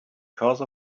because